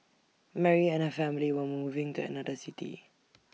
Mary and her family were moving to another city